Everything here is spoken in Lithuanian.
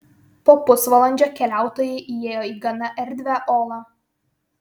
po pusvalandžio keliautojai įėjo į gana erdvią olą